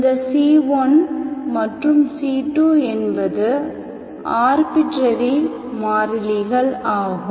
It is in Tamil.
இந்த c1 மற்றும் c2 என்பது ஆர்பிட்ரேரி மாறிலிகள் ஆகும்